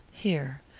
here,